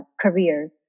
career